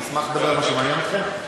אני אשמח לדבר על מה שמעניין אתכם.